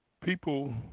people